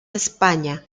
españa